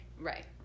right